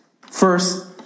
First